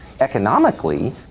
economically